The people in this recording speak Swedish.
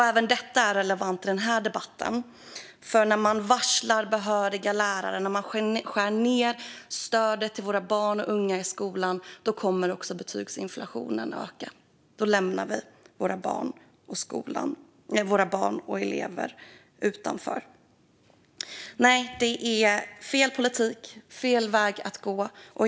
Även detta är relevant i den här debatten, för när man varslar behöriga lärare och skär ned stödet till våra barn och unga i skolan kommer också betygsinflationen att öka. Då lämnar vi våra barn och elever utanför. Nej - detta är fel politik och fel väg att gå.